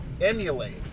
emulate